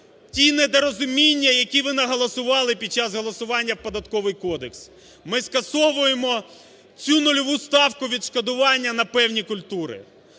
ті непорозуміння, які ви наголосували під час голосування в Податковий кодекс. Ми скасовуємо цю нульову ставку відшкодування на певні культури.